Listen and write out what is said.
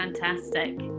Fantastic